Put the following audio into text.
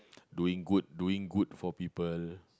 doing good doing good for people